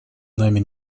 нами